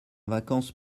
vacances